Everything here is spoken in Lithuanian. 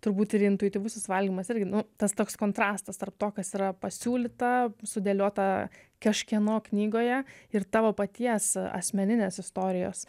turbūt ir intuityvusis valymas irgi nu tas toks kontrastas tarp to kas yra pasiūlyta sudėliota kažkieno knygoje ir tavo paties asmeninės istorijos